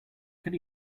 could